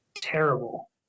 terrible